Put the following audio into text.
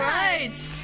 rights